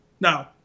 no